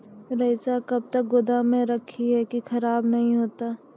रईचा कब तक गोदाम मे रखी है की खराब नहीं होता?